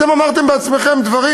אתם אמרתם בעצמכם דברים